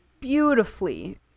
beautifully